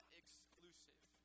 exclusive